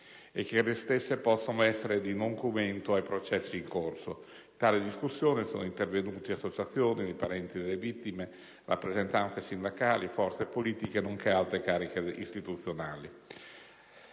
e che le stesse possano essere di nocumento ai processi in corso. In tale discussione sono intervenute associazioni di parenti delle vittime di incidenti sul lavoro, rappresentanze sindacali, forze politiche, nonché alte cariche istituzionali.